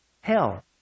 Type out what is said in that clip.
Hell